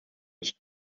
ich